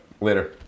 Later